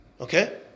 Okay